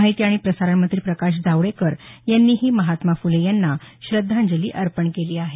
माहिती आणि प्रसारण मंत्री प्रकाश जावडेकर यांनीही महात्मा फुले यांना श्रद्धांजली अर्पण केली आहे